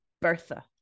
Bertha